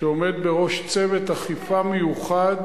העומד בראש צוות אכיפה מיוחד